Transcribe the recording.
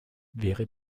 wäre